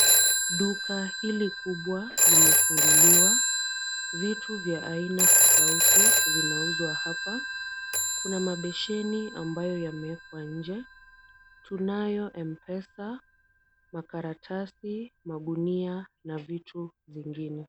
Duka hili kubwa limefunguliwa vitu vya aina tofauti vinauzwa hapa kuna mabesheni ambayo yamewekwa nje kunayo M-pesa, makaratasi, magunia na vitu zingine.